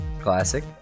classic